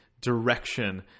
direction